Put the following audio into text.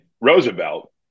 Roosevelt